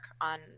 on